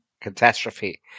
Catastrophe